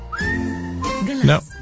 No